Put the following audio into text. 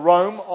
Rome